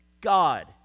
god